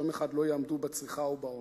שיום אחד לא יעמדו בצריכה ובעומס.